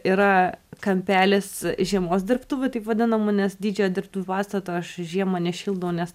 yra kampelis žiemos dirbtuvių taip vadinamų nes didžiojo dirbtuvių pastato aš žiemą nešildau nes